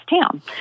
town